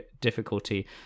difficulty